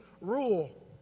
rule